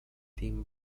team